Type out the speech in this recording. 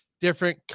different